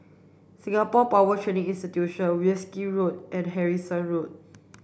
Singapore Power Training Institute Wolskel Road and Harrison Road